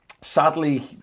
Sadly